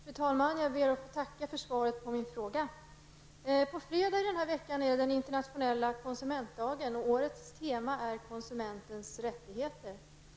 Fru talman! Jag ber att få tacka för svaret på min fråga. På fredag är det den internationella konsumentdagen. Årets tema är konsumentens rättigheter.